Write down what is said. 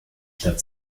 stadt